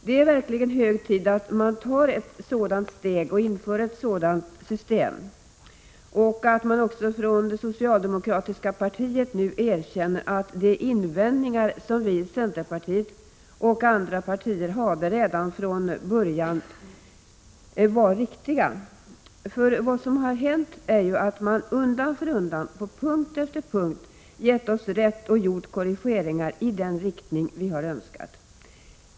Det är verkligen hög tid att man tar det steget och inför ett sådant system, likaså att det socialdemokratiska partiet erkänner att de invändningar som centerpartiet och andra partier gjorde redan från början var riktiga. Vad som hänt är nämligen att man undan för undan och på punkt efter punkt gett oss rätt och gjort korrigeringar i den riktning vi har önskat.